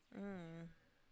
mm